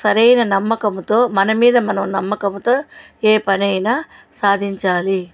సరైన నమ్మకముతో మన మీద మనం నమ్మకముతో ఏ పనైనా సాధించాలి